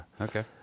Okay